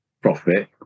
profit